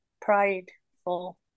prideful